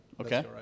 Okay